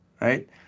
right